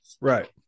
Right